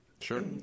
Sure